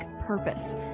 purpose